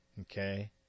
Okay